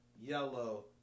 yellow